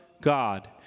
God